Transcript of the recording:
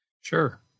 Sure